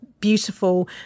beautiful